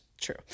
true